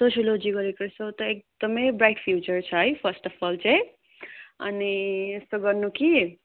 sociology गरेको रहेछौ एकदमै ब्राइट फ्युचर छ है फर्स्ट अफ अल चाहिँ अनि यस्तो गर्नु कि